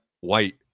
white